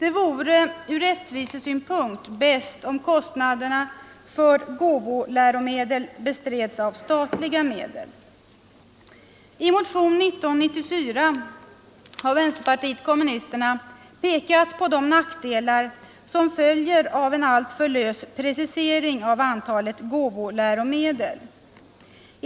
Det vore från rättvisesynpunkt bäst om kostnaden för gåvoläromedel bestreds av statliga medel. I motionen 1994 har vpk pekat på de nackdelar som följer av en alltför lös precisering av antalet gåvoläromedel.